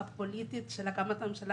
הפוליטית של הקמת הממשלה